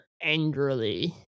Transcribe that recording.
angrily